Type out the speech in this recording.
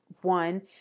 One